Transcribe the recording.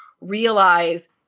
realize